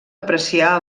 apreciar